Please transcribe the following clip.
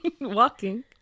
Walking